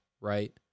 right